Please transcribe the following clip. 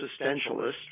existentialist